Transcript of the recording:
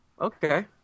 okay